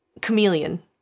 chameleon